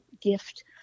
gift